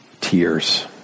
tears